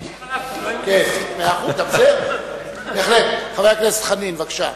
חבר הכנסת חנין, בבקשה.